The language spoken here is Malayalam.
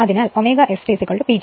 അതിനാൽ ω S T PG T PGω S